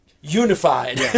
unified